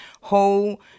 whole